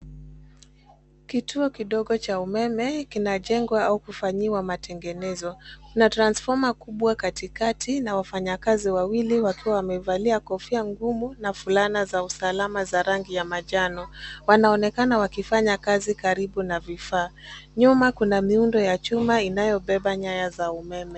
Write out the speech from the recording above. Kituo kidogo cha umeme kinajengwa au kufanyiwa matengenzo. Kuna transfoma kubwa katikati na wafanyakazi wawili wakiwa wamevalia kofia ngumu na fulana za usalama za rangi ya manjano. Wanaonekana wakifanya kazi karibu na vifaa. Nyuma kuna miundo ya chuma inayobeba nyaya za umeme.